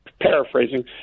paraphrasing